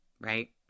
right